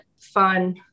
fun